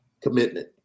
commitment